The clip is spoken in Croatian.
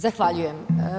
Zahvaljujem.